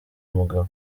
umugabo